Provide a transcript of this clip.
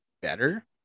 better